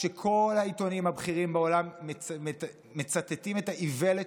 כשכל העיתונים הבכירים בעולם מצטטים את האיוולת